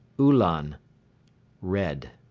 ulan red.